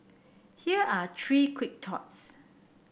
here are three quick thoughts